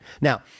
Now